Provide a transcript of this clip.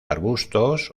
arbustos